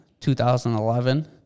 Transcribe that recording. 2011